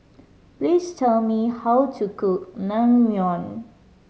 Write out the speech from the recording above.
please tell me how to cook Naengmyeon